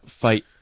fight